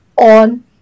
on